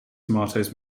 tomatoes